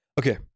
Okay